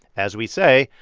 as we say,